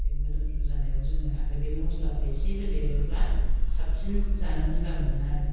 बे मोदोमफ्रु जानायाव जोङो आरो बे मस्लाखौ एसे होदेरोब्ला साबसिन जानो मोजां मोनो आरो